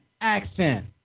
accent